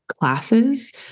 classes